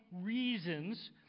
reasons